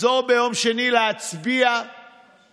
לחזור ביום שני להצביע בוועדה,